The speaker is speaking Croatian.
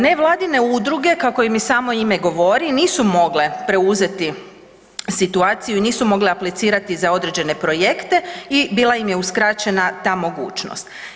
Nevladine udruge kako im i samo ime govori nisu mogle preuzeti situaciju i nisu mogle aplicirati za određene projekte i bila im je uskraćena ta mogućnost.